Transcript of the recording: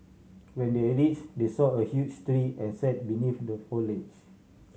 when they reach they saw a huge tree and sat beneath the foliage